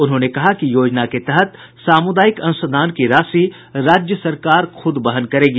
उन्होंने कहा कि योजना के तहत सामुदायिक अंशदान की राशि राज्य सरकार खुद वहन करेगी